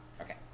Okay